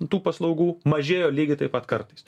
tų paslaugų mažėjo lygiai taip pat kartais